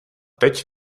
teď